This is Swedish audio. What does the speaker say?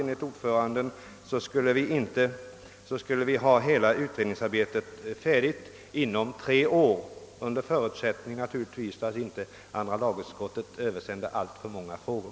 Enligt ordföranden skulle allt utredningsarbete vara färdigt inom tre år, naturligtvis under förutsättning att andra lagutskottet inte översände alltför många frågor.